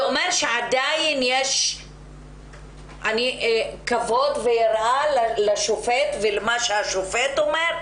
זה אומר שעדיין יש כבוד ויראה לשופט ולמה שהשופט אומר.